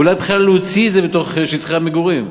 אולי בכלל להוציא את זה מתוך שטחי המגורים?